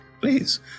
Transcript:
Please